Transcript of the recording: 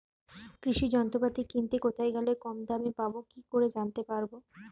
কৃষি যন্ত্রপাতি কিনতে কোথায় গেলে কম দামে পাব কি করে জানতে পারব?